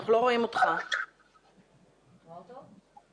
אנחנו נמצאים היום באתגר עוד הרבה יותר גדול.